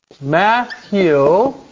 Matthew